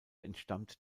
entstammt